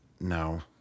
No